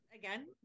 Again